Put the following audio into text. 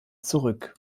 zurück